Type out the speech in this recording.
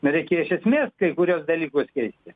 reikia iš esmės kai kuriuos dalykus keisti